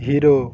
hero